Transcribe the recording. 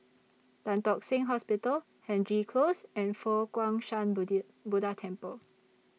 Tan Tock Seng Hospital Hendry Close and Fo Guang Shan Buddha Temple